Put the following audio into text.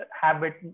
habit